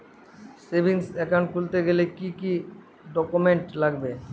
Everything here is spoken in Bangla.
সেভিংস একাউন্ট খুলতে গেলে কি কি ডকুমেন্টস লাগবে?